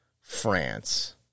France